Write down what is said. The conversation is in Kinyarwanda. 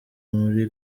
muri